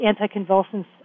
anticonvulsants